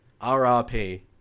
RRP